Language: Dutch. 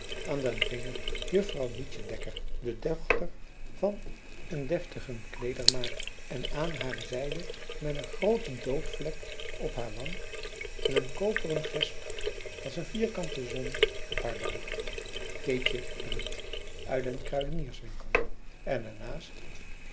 aan den vinger juffrouw mietje dekker de dochter van een deftigen kleedermaker en aan hare zijde met een groote doodvlek op haar wang en een koperen gesp als een vierkante zon op haar buik keetje de riet uit den kruidenierswinkel en daarnaast